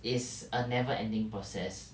is a never ending process